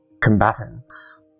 combatants